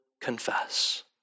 confess